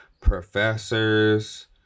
professors